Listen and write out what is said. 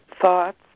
thoughts